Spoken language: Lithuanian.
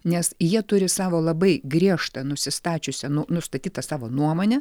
nes jie turi savo labai griežtą nusistačiusią nustatytą savo nuomonę